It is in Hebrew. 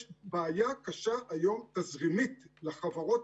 יש בעיה קשה היום תזרימית לחברות,